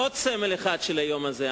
עוד סמל אחד של היום הזה,